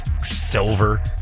silver